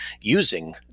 using